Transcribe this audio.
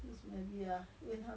yea